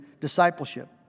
discipleship